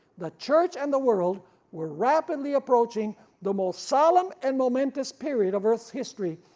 the church and the world were rapidly approaching the most solemn and momentous period of earth's history,